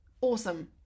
awesome